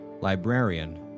librarian